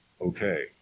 okay